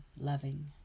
loving